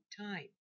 time